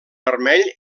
vermell